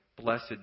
Blessed